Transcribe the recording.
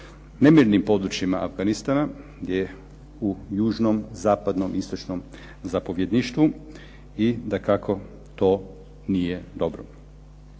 nemirnim područjima Afganistana, gdje u južnom, zapadnom, istočnom zapovjedništvu i dakako to nije dobro.